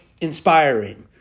inspiring